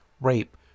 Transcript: rape